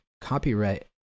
copyright